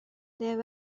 there